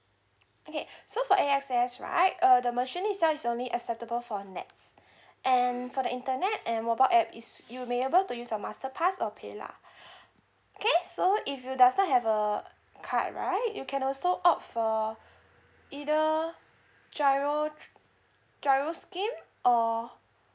okay so for A_X_S right uh the machine itself is only acceptable for nets and for the internet and mobile app is you may able to use a master pass or paylah okay so if you does not have a card right you can also opt for either giro giro scheme or